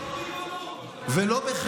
כי